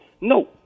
no